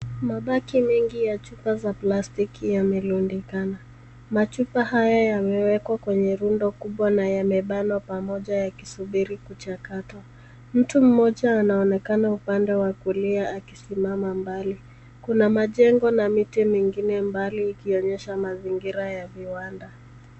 Mabaki mengi ya chupa za plastiki yamerundikana, machupa haya yamewekwa kwenye rundo kubwa na yamebanwa pamoja yakisuburi kuchakatwa. Mtu mmoja anaonekana upande wa kulia akisimama mbali, kuna majengo na miti mingine ikionyesha mazingira ya viwanda.